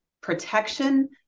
protection